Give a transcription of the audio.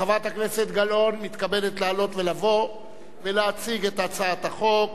חברת הכנסת זהבה גלאון מתכבדת לעלות ולבוא ולהציג את הצעת החוק